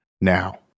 now